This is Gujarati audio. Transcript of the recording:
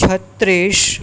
છત્રીસ